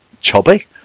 chubby